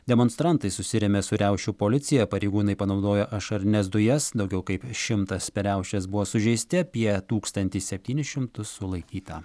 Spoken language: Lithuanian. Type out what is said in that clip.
demonstrantai susirėmė su riaušių policija pareigūnai panaudojo ašarines dujas daugiau kaip šimtas per riaušes buvo sužeisti apie tūkstantį septynis šimtus sulaikyta